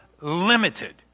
limited